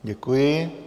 Děkuji.